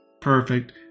perfect